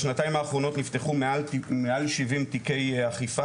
בשנתיים האחרונות נפתחו מעל 70 תיקי אכיפה